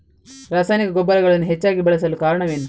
ರಾಸಾಯನಿಕ ಗೊಬ್ಬರಗಳನ್ನು ಹೆಚ್ಚಾಗಿ ಬಳಸಲು ಕಾರಣವೇನು?